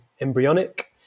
embryonic